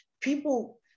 people